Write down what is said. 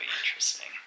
interesting